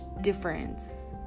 difference